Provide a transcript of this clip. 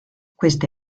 queste